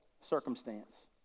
circumstance